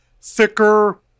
thicker